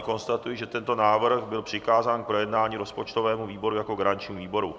Konstatuji, že tento návrh byl přikázán k projednání rozpočtovému výboru jako garančnímu výboru.